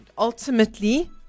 ultimately